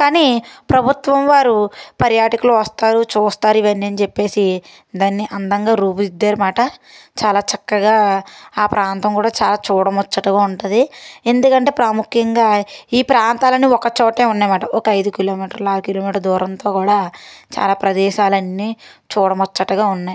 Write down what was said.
కానీ ప్రభుత్వం వారు పర్యాటకులు వస్తారు చూస్తారు ఇవి అన్ని అని చెప్పేసి దాన్ని అందంగా రూపుదిద్దారు అనమాట చాలా చక్కగా ఆ ప్రాంతం కూడా చాలా చూడముచ్చటగా ఉంటది ఎందుకంటే ప్రాముఖ్యంగా ఈ ప్రాంతాలను ఒక చోటే ఉన్నామట ఒక ఐదు కిలోమీటర్ల ఆరు కిలోమీటర్ల దూరంలో కూడా చాలా ప్రదేశాలన్నీ చూడముచ్చటగా ఉన్నాయి